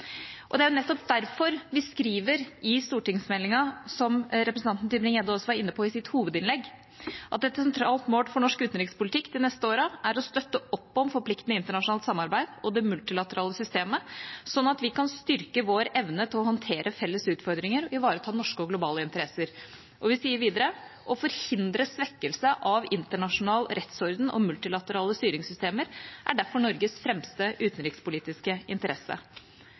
Det er nettopp derfor vi skriver i stortingsmeldinga, som representanten Tybring-Gjedde også var inne på i sitt hovedinnlegg: «Et sentralt mål for norsk utenrikspolitikk de neste årene er derfor å støtte opp om forpliktende internasjonalt samarbeid og det multilaterale systemet, slik at vi kan styrke vår evne til å håndtere felles utfordringer og ivareta norske og globale interesser.» Vi sier videre: «Å forhindre svekkelse av internasjonal rettsorden og multinasjonale styringssystemer er derfor Norges fremste utenrikspolitiske interesse.»